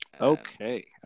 Okay